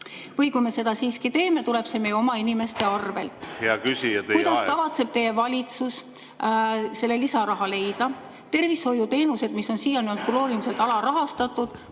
Või kui me seda siiski teeme, tuleb see meie oma inimeste arvel. Hea küsija, teie aeg! Kuidas kavatseb teie valitsus selle lisaraha leida? Tervishoiuteenused, mis on siiani olnud krooniliselt alarahastatud,